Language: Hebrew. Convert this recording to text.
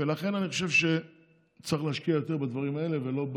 ולכן אני חושב שצריך להשקיע יותר בדברים האלה ולא,